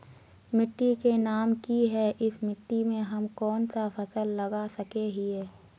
मिट्टी के नाम की है इस मिट्टी में हम कोन सा फसल लगा सके हिय?